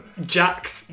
Jack